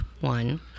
one